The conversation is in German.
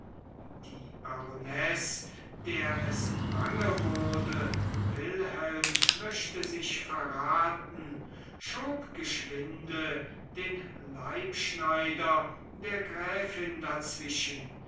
die baronesse der es bange wurde wilhelm möchte sich verraten schob geschwinde den leibschneider der gräfin dazwischen